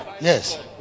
yes